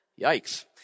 Yikes